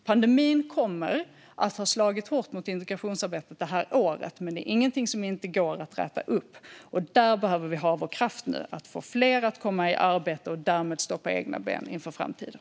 Pandemin kommer att ha slagit hårt mot integrationsarbetet det här året, men det är ingenting som inte går att räta upp. Där behöver vi ha vår kraft nu för att få fler att komma i arbete och därmed stå på egna ben inför framtiden.